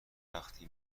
وقتی